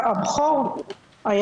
הבכור,